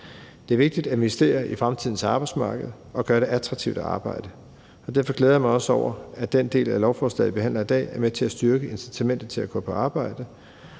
Det er vigtigt at investere i fremtidens arbejdsmarked og gøre det attraktivt at arbejde, og derfor glæder jeg mig også over, at den del af lovforslaget, vi behandler i dag, er med til at styrke incitamentet til at gå på arbejde